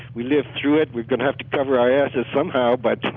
we lived through it, we're going to have to cover our asses somehow! but